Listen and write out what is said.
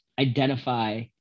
identify